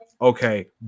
okay